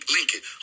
Lincoln